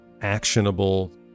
actionable